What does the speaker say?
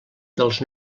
dels